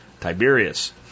Tiberius